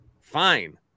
fine